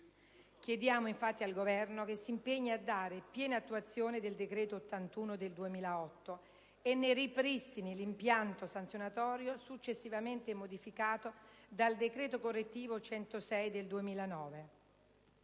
Chiediamo che il Governo si impegni a dare piena attuazione del decreto n. 81 del 2008 e ne ripristini l'impianto sanzionatorio successivamente modificato dal decreto correttivo n. 106 del 2009;